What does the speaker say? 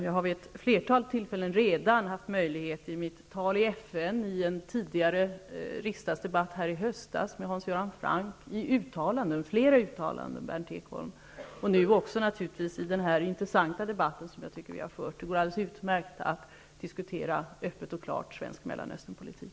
Jag har vid ett flertal tillfällen redan haft möjlighet att göra det -- i mitt tal i FN, i en tidigare riksdagsdebatt i höstas med Hans Göran Franck, i flera uttalanden, Berndt Ekholm, och nu i denna intressanta debatt som vi har fört. Det går alldeles utmärkt att öppet och klart diskutera svensk Mellanösternpolitik.